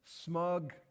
smug